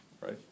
right